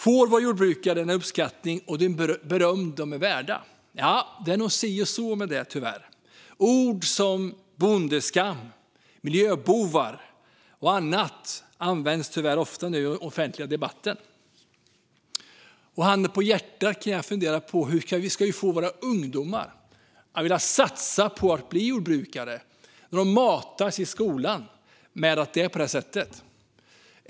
Får våra jordbrukare den uppskattning och det beröm som de är värda? Det är nog tyvärr si och så med det. Ord som "bondeskam" och "miljöbovar" och annat används tyvärr ofta i den offentliga debatten. Vi ska ju få våra ungdomar att vilja satsa på att bli jordbrukare, men de matas i skolan med att det är på det sättet.